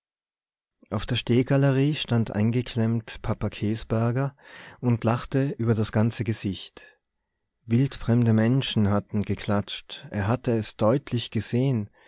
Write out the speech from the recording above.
auf der stehgalerie stand enggeklemmt papa käsberger und lachte über das ganze gesicht wildfremde menschen hatten geklatscht er hatte es deutlich gesehen